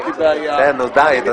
סתם אתה מתנגד כי בא לך להתנגד?